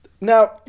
Now